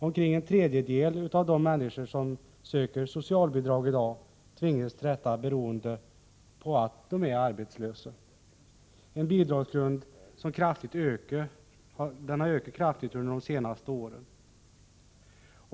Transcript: Omkring en tredjedel av de människor som söker socialbidrag i dag tvingas till detta beroende på att de är arbetslösa. Det här är en bidragsgrund som kraftigt har ökat under de senaste åren.